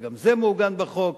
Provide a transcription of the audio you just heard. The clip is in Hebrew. וגם זה מעוגן בחוק,